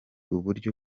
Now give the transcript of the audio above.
uburyo